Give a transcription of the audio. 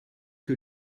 que